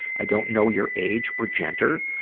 i don't know your age or gender,